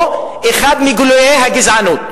או אחד מגילויי הגזענות.